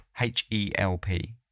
H-E-L-P